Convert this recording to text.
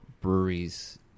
breweries